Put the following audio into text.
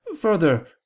Further